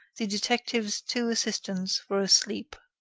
the detective's two assistants were asleep.